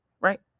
right